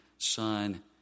Son